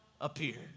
appeared